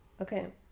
okay